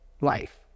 life